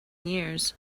years